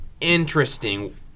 interesting